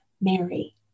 Mary